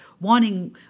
wanting –